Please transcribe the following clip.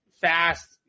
fast